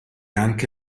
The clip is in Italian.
anche